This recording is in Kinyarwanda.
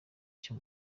icyo